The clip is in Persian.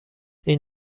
این